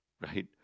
Right